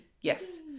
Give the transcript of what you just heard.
Yes